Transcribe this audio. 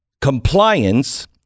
Compliance